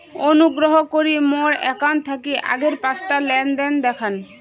অনুগ্রহ করি মোর অ্যাকাউন্ট থাকি আগের পাঁচটা লেনদেন দেখান